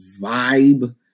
vibe